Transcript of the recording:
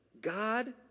God